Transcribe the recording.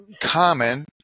common